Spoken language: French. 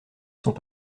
sont